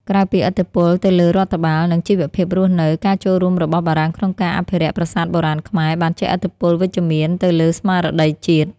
ក្រៅពីឥទ្ធិពលទៅលើរដ្ឋបាល និងជីវភាពរស់នៅ ការចូលរួមរបស់បារាំងក្នុងការអភិរក្សប្រាសាទបុរាណខ្មែរ បានជះឥទ្ធិពលវិជ្ជមានទៅលើស្មារតីជាតិ។